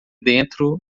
dentro